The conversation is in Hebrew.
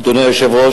אדוני היושב-ראש,